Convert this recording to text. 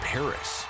Paris